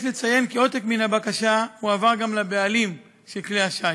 יש לציין כי עותק מן הבקשה הועבר גם לבעלים של כלי השיט.